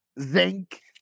Zinc